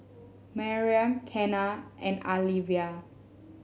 Miriam Kenna and Alyvia